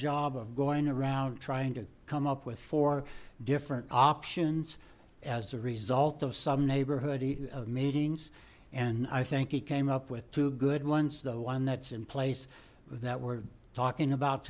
job of going around trying to come up with four different options as a result of some neighborhood of meetings and i think he came up with two good ones the one that's in place that we're talking about